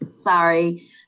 Sorry